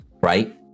right